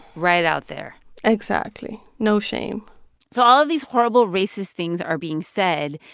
right out there exactly. no shame so all of these horrible, racist things are being said.